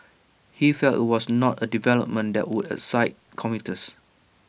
he felt IT was not A development that would excite commuters